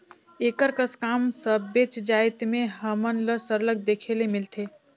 एकर कस काम सबेच जाएत में हमन ल सरलग देखे ले मिलथे